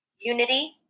unity